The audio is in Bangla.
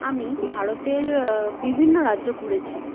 আমি ভারতের বিভিন্ন রাজ্য ঘুরেছি